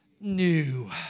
new